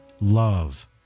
love